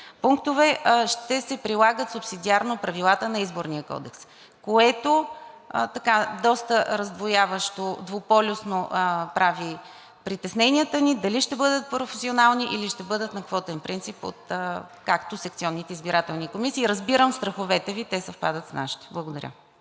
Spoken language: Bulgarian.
пунктове, ще се прилагат субсидиарно правилата на Изборния кодекс, което прави доста раздвояващо, двуполюсно притесненията ни дали ще бъдат професионални, или ще бъдат на квотен принцип, както секционните избирателни комисии. Разбирам страховете Ви, те съвпадат с нашите. Благодаря.